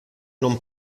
non